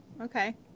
okay